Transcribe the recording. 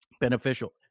beneficial